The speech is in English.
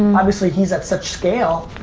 obviously, he's at such scale.